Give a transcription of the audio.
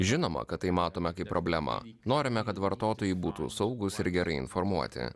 žinoma kad tai matome kaip problemą norime kad vartotojai būtų saugūs ir gerai informuoti